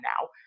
now